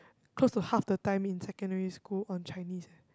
close to half the time in secondary school on Chinese eh